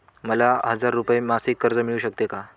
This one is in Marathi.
मला हजार रुपये मासिक कर्ज मिळू शकते का?